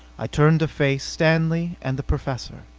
i turned to face stanley and the professor.